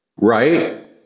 Right